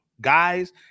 guys